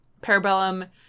parabellum